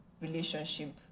relationship